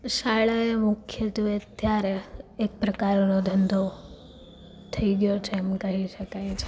શાળા એ મુખ્યત્ત્વે અત્યારે એક પ્રકારનો ધંધો થઇ ગયો છે એમ કહી શકાય છે